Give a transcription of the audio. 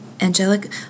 angelic